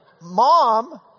mom